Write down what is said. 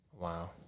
wow